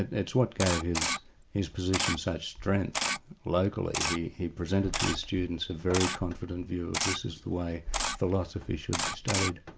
it's what gave his his position such strength locally. he he presented to his students a very confident view of this as the way philosophy should be studied.